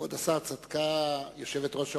כבוד השר, צדקה יושבת-ראש האופוזיציה.